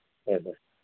ꯍꯣꯏ ꯍꯣꯏ